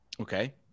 Okay